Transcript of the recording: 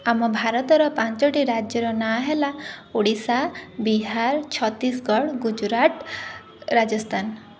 ଆମ ଭାରତର ପାଞ୍ଚୋଟି ରାଜ୍ୟର ନାଁ ହେଲା ଓଡ଼ିଶା ବିହାର ଛତିଶଗଡ଼ ଗୁଜୁରାଟ ରାଜସ୍ତାନ